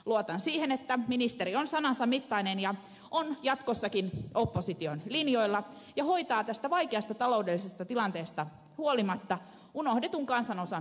luotan siihen että ministeri on sanansa mittainen ja on jatkossakin opposition linjoilla ja hoitaa tästä vaikeasta taloudellisesta tilanteesta huolimatta unohdetun kansanosan asian kuntoon